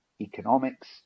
economics